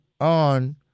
on